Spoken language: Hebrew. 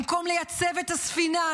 במקום לייצב את הספינה,